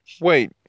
Wait